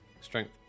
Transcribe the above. strength